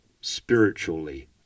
spiritually